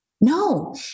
no